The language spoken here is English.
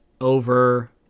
over